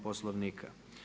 Poslovnika.